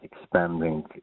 expanding